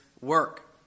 work